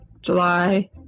July